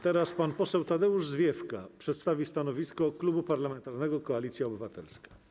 Teraz pan poseł Tadeusz Zwiefka przedstawi stanowisko Klubu Parlamentarnego Koalicja Obywatelska.